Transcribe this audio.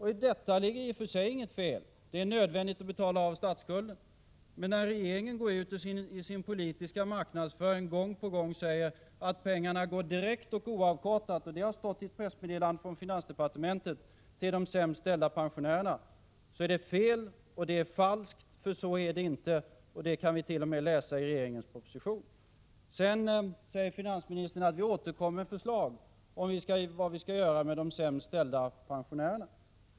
I detta ligger i och för sig inget fel — det är nödvändigt att betala av statsskulden — men när regeringen i sin politiska marknadsföring gång på gång säger att pengarna går direkt och avkortat till de sämst ställda pensionärerna, som det har stått i ett pressmeddelande, så är det falskt. Så är det inte, det kan vi t.o.m. läsa i regeringens proposition. Sedan säger finansministern: Vi återkommer med förslag om vad vi skall göra med de sämst ställda pensionärerna.